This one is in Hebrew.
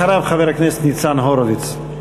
אחריו, חבר הכנסת ניצן הורוביץ.